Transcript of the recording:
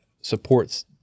supports